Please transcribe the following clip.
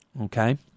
Okay